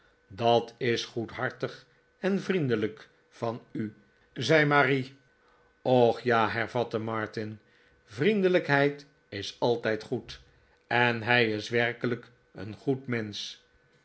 dat is goedhartig en vriendelijk van u zei marie och ja hervatte martin vriendelijkheid is altijd goed en hij is werkelijk een goed mensch